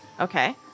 Okay